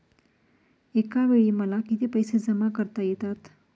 एकावेळी मला किती पैसे जमा करता येतात?